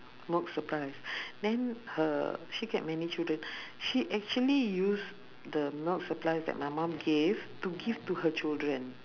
milk supplies then her she get many children she actually use the milk supplies that my mum gave to give to her children